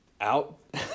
out